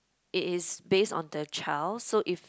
it is based on the child so if